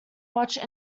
watched